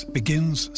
begins